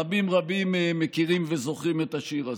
רבים רבים מכירים וזוכרים את השיר הזה.